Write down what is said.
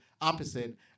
opposite